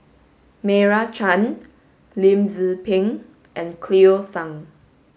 Meira Chand Lim Tze Peng and Cleo Thang